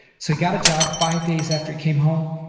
so he got a job five days after he came home,